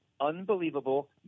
unbelievable